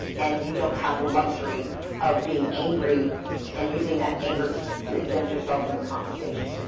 and you don't have the luxury of being angry and using that anger to so to exempt yourself from the conversation.